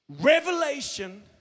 Revelation